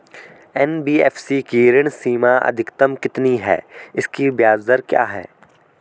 NBFC की ऋण सीमा अधिकतम कितनी है इसकी ब्याज दर क्या है?